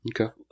okay